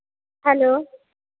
hello